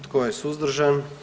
Tko je suzdržan?